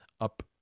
up